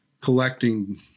collecting